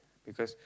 because